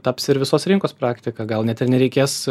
taps ir visos rinkos praktika gal net ir nereikės